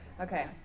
Okay